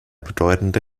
bedeutende